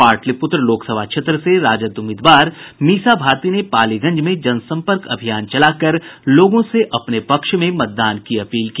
पाटलिपुत्र लोकसभा क्षेत्र से राजद उम्मीदवार मीसा भारती ने पालीगंज में जनसंपर्क अभियान चलाकर लोगों से अपने पक्ष में मतदान की अपील की